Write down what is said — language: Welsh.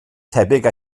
tebyg